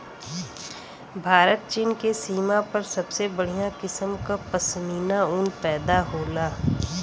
भारत चीन के सीमा पर सबसे बढ़िया किसम क पश्मीना ऊन पैदा होला